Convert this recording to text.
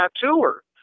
tattooer